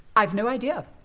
i've no idea. oh.